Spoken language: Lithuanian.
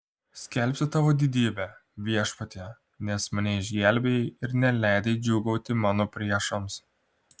skelbsiu tavo didybę viešpatie nes mane išgelbėjai ir neleidai džiūgauti mano priešams